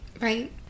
Right